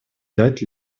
дать